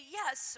yes